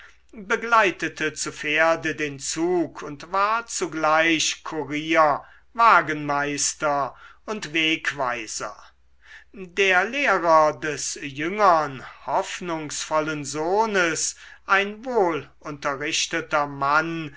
begleitete zu pferde den zug und war zugleich kurier wagenmeister und wegweiser der lehrer des jüngern hoffnungsvollen sohnes ein wohlunterrichteter mann